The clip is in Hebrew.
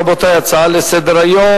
רבותי, הצעות לסדר-היום: